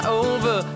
over